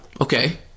Okay